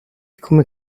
come